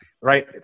right